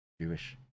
Jewish